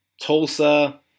Tulsa